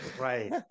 Right